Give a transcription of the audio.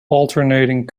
alternating